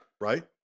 Right